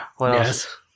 Yes